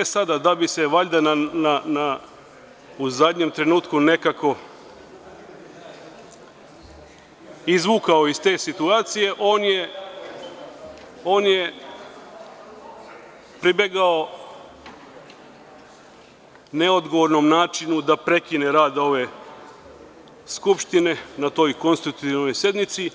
E sada, da bi se valjda u zadnjem trenutku nekako izvukao iz te situacije on je pribegao neodgovornom načinu da prekine rad ove Skupštine na toj konstitutivnoj sednici,